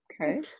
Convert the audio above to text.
okay